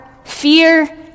Fear